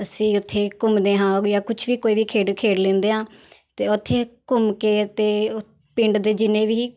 ਅਸੀਂ ਉੱਥੇ ਘੁੰਮਦੇੇ ਹਾਂ ਜਾਂ ਕੁਛ ਵੀ ਕੋਈ ਵੀ ਖੇਡ ਖੇਡ ਲੈਂਦੇ ਹਾਂ ਅਤੇ ਉੱਥੇ ਘੁੰਮ ਕੇ ਅਤੇ ਓ ਪਿੰਡ ਦੇ ਜਿੰਨੇ ਵੀ